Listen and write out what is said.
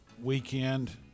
weekend